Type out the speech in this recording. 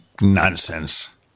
nonsense